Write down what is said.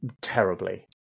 terribly